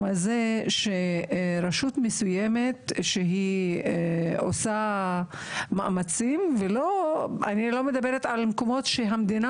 הזה שרשות מסוימת שהיא עושה מאמצים אני לא מדברת על מקומות שהמדינה